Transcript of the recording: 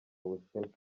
bushinwa